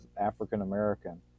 African-American